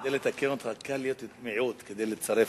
כדי לתקן אותך, קל להיות מיעוט כדי לצרף,